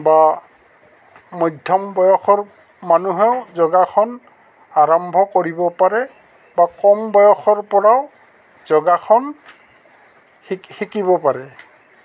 বা মধ্যম বয়সৰ মানুহেও যোগাসন আৰম্ভ কৰিব পাৰে বা কম বয়সৰ পৰাও যোগাসন শি শিকিব পাৰে